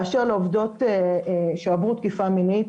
באשר לעובדות שעברו תקיפה מינית,